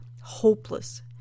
hopeless